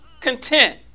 content